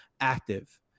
active